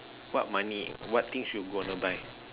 what money what things you gonna buy